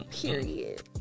Period